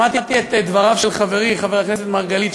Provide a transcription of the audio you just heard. שמעתי את דבריו של חברי חבר הכנסת מרגלית,